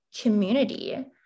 community